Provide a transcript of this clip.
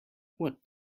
what